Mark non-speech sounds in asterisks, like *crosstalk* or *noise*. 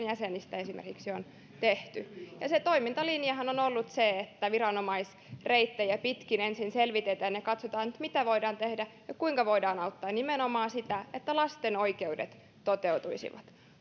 *unintelligible* jäsenistä on tehty se toimintalinjahan on ollut se että viranomaisreittejä pitkin ensin selvitetään ja katsotaan mitä voidaan tehdä ja kuinka voidaan auttaa ja nimenomaan niin että lasten oikeudet toteutuisivat